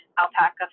alpaca